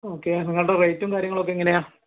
okay നിങ്ങളുടെ റേറ്റും കാര്യങ്ങളുമൊക്കെ എങ്ങനെയാണ്